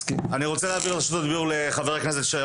זה לא הדוגמה שאני רוצה שהילד שלי או כל ילד אחר במדינת ישראל